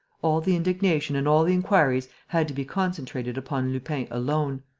all the indignation and all the inquiries had to be concentrated upon lupin alone.